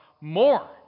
more